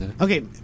Okay